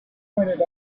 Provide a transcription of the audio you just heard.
pointed